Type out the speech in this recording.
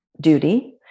duty